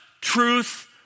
Truth